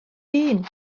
hun